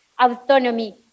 autonomy